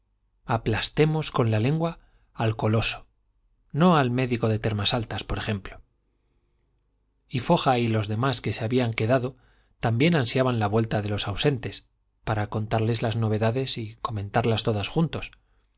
aplastemos con la lengua al coloso no al médico de termasaltas por ejemplo y foja y los demás que se habían quedado también ansiaban la vuelta de los ausentes para contarles las novedades y comentarlas todos juntos